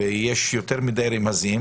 ויש יותר מידי רמזים